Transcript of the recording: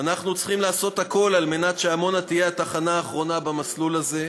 ואנחנו צריכים לעשות הכול על מנת שעמונה תהיה האחרונה במסלול הזה.